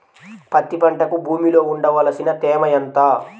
పత్తి పంటకు భూమిలో ఉండవలసిన తేమ ఎంత?